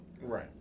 Right